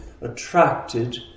attracted